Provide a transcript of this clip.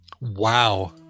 Wow